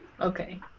okay